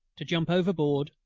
to jump overboard,